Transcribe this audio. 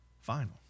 final